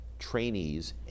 trainees